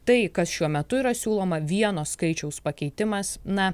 tai kas šiuo metu yra siūloma vieno skaičiaus pakeitimas na